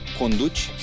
conduci